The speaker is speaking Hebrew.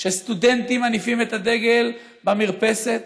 סטודנטים שמניפים את הדגל במרפסת